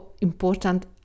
important